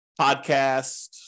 podcast